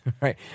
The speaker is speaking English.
right